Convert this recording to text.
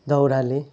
दाउराले